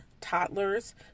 toddlers